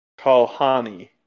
Kalhani